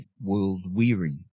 world-weary